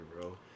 bro